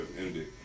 ended